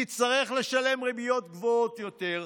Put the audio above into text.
נצטרך לשלם ריביות גבוהות יותר,